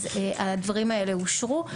אז הדברים האלה אושרו.